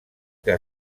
que